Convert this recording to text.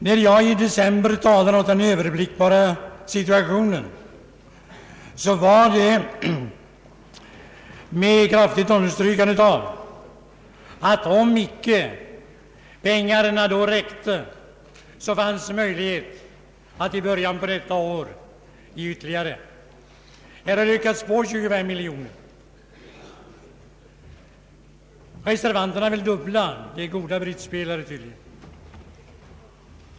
När jag i december talade om den överblickbara situationen, underströk jag samtidigt med kraft att om pengarna icke räckte så fanns det möjlighet att i början på detta år höja anslaget. Kungl. Maj:t har nu begärt 25 miljoner. Reservanterna vill dubbla. De är tydligen goda bridgespelare.